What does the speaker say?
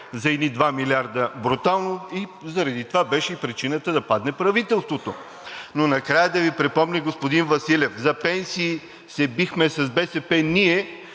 за едни 2 милиарда брутално, и това беше причината да падне правителството. Накрая да Ви припомня, господин Василев, за пенсии се бихме с БСП.